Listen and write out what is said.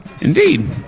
Indeed